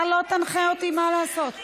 אתה לא תנחה אותי מה לעשות.